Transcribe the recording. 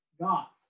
God's